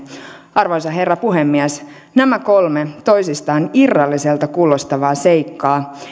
arvoisa herra puhemies nämä kolme toisistaan irralliselta kuulostavaa seikkaa